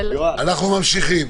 אנחנו ממשיכים.